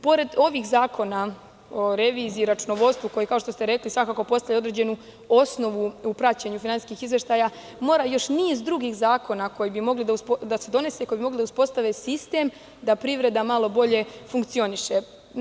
Pored ovih zakona o reviziji i računovodstvu koji, kao što ste rekli, svakako postavljaju određenu osnovu u praćenju finansijskih izveštaja, mora još niz drugih zakona da se donese koji bi mogli da uspostave sistem da privreda malo bolje funkcioniše.